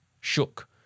Shook